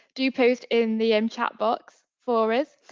do you post in the um chat box for us.